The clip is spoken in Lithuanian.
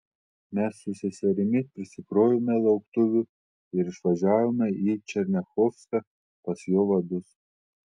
mes su seserimi prisikrovėme lauktuvių ir išvažiavome į černiachovską pas jo vadus